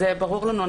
זה ברור לנו.